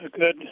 good